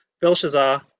Belshazzar